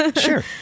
Sure